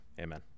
amen